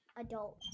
adult